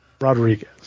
Rodriguez